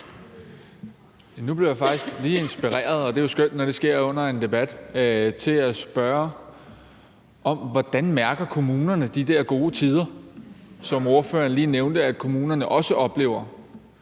Nu blev jeg faktisk lige inspireret – og det er jo skønt, når det sker under en debat – til at spørge: Hvordan mærker kommunerne de der gode tider, som ordføreren lige nævnte at kommunerne også oplever?